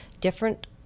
different